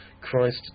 Christ